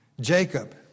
Jacob